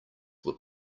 were